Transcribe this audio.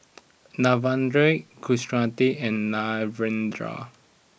Narendra Kasiviswanathan and Narendra